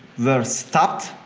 were stopped